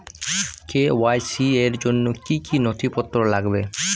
KYC র জন্য কি কি নথিপত্র লাগবে?